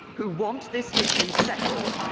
who want this issue settled,